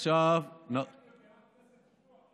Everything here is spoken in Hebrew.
עכשיו הוא יתווכח איתנו על ההישגים,